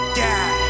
dad